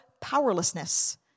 powerlessness